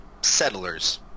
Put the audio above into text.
settlers